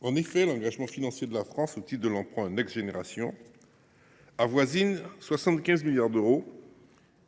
En effet, l’engagement financier de la France au titre de l’emprunt Next Generation EU avoisine 75 milliards d’euros,